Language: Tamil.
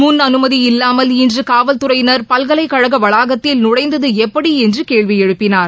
முன் அனுமதி இல்லாமல் இன்று காவல் துறையினர் பல்கலைக்கழக வளாகதத்தில் நுழைந்தது எப்படி என்று கேள்வி எழுப்பினார்